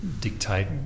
dictate